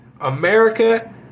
America